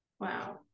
Wow